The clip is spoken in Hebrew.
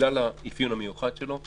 בגלל האפיון המיוחד שלו,